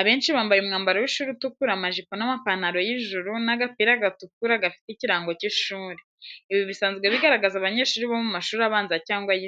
Abenshi bambaye umwambaro w’ishuri utukura amajipo n'amapantalo y'ijuru n’agapira gatukura gafite ikirango cy’ishuri. Ibi bisanzwe bigaragaza abanyeshuri bo mu mashuri abanza cyangwa ayisumbuye.